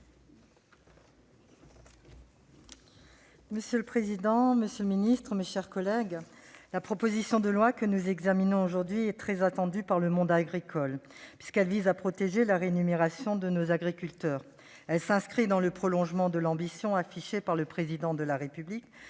Monsieur le président, monsieur le ministre, mes chers collègues, la proposition de loi que nous examinons aujourd'hui est très attendue par le monde agricole, car elle vise à protéger la rémunération de nos agriculteurs. Elle s'inscrit dans le prolongement de l'ambition affichée par le Président de la République